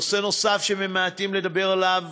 נושא נוסף שממעטים לדבר עליו